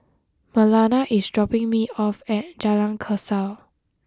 Marlana is dropping me off at Jalan Kasau